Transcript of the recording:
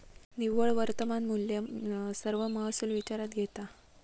निव्वळ वर्तमान मुल्य सर्व महसुल विचारात घेता